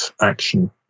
action